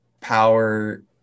power